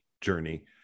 journey